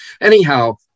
anyhow